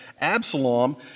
Absalom